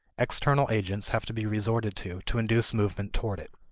external agents have to be resorted to to induce movement toward it.